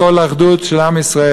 קול אחדות של עם ישראל.